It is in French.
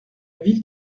ville